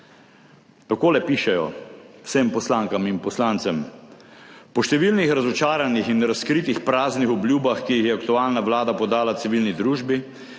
Takole pišejo vsem poslankam in poslancem: »Po številnih razočaranjih in razkritih praznih obljubah, ki jih je aktualna Vlada podala civilni družbi,